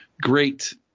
Great